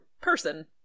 person